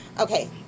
Okay